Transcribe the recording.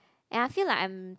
and I feel like I'm